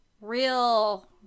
real